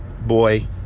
boy